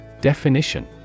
Definition